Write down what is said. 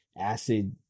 acid